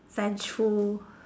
vengeful